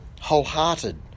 wholehearted